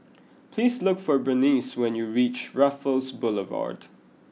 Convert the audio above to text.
please look for Bernice when you reach Raffles Boulevard